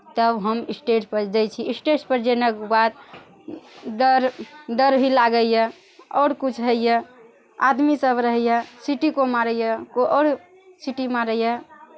तब हम स्टेज पर जाइ छी स्टेज पर जेना कऽ बाद दर दर भी लागैय आओर किछु होइया आदमी सब रहैया सिटी कोइ मारैया कोइ आओर सिटी मारैया